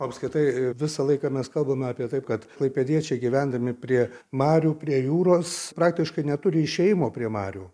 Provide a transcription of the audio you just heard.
apskritai visą laiką mes kalbame apie taip kad klaipėdiečiai gyvendami prie marių prie jūros praktiškai neturi išėjimo prie marių